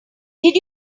did